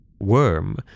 worm